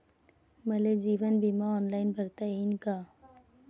मले जीवन बिमा ऑनलाईन भरता येईन का?